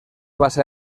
basa